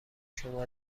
شما